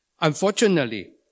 Unfortunately